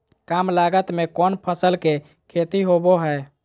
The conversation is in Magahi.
काम लागत में कौन फसल के खेती होबो हाय?